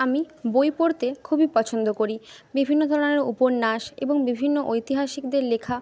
আমি বই পড়তে খুবই পছন্দ করি বিভিন্ন ধরনের উপন্যাস এবং বিভিন্ন ঐতিহাসিকদের লেখা